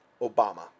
Obama